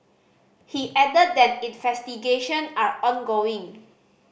he added that investigation are ongoing